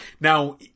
Now